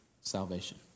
salvation